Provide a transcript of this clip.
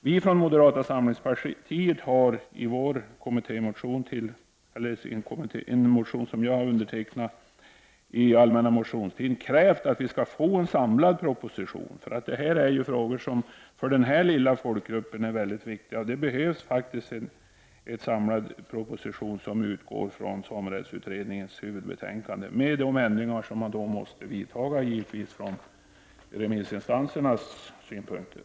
Vi från moderata samlingspartiet har i en motion under den allmänna motionstiden krävt en samlad proposition. Detta är frågor som är väldigt viktiga för denna lilla folkgrupp. Det behövs en samlad proposition som utgår från samerättsutredningens huvudbetänkande, med de ändringar som måste vidtas med hänsyn till remissinstansernas synpunkter.